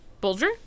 Bulger